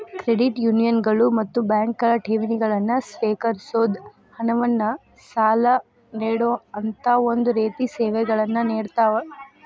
credit ಯೂನಿಯನ್ಗಳು ಮತ್ತ ಬ್ಯಾಂಕ್ಗಳು ಠೇವಣಿಗಳನ್ನ ಸ್ವೇಕರಿಸೊದ್, ಹಣವನ್ನ್ ಸಾಲ ನೇಡೊಅಂತಾ ಒಂದ ರೇತಿ ಸೇವೆಗಳನ್ನ ನೇಡತಾವ